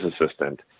assistant